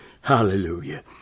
Hallelujah